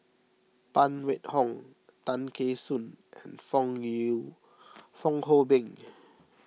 Phan Wait Hong Tay Kheng Soon and Fong Fong Hoe Beng